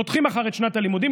פותחים מחר את שנת הלימודים.